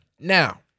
Now